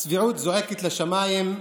הצביעות זועקת לשמיים.